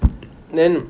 then